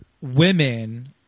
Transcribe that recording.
women